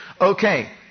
Okay